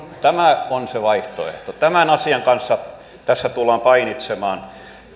tämä on se vaihtoehto tämän asian kanssa tässä tullaan painimaan